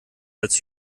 als